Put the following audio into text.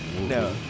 No